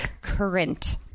current